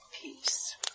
Peace